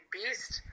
beast